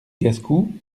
gascous